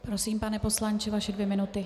Prosím, pane poslanče, vaše dvě minuty.